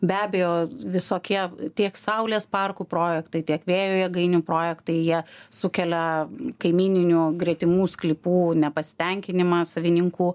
be abejo visokie tiek saulės parkų projektai tiek vėjo jėgainių projektai jie sukelia kaimyninių gretimų sklypų nepasitenkinimą savininkų